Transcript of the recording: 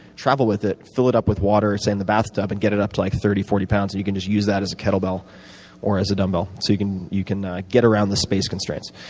travel with it, fill it up with water say in the bathtub and get it up to like thirty, forty pounds and you can just use that as a kettlebell or as a dumbbell, so you can you can get around the space constraints.